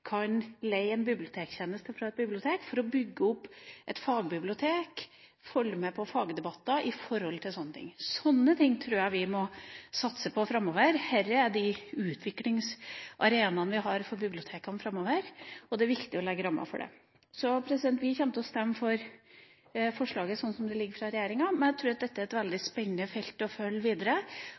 kan leie en bibliotektjeneste av et bibliotek for å bygge opp et fagbibliotek og følge med på fagdebatter. Sånne ting tror jeg vi må satse på framover. Dette er de utviklingsarenaene vi har for bibliotekene framover, og det er viktig å legge rammer for det. Så vi kommer til å stemme for forslaget sånn som det ligger fra regjeringa. Men jeg tror at dette er et veldig spennende felt å følge videre,